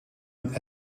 een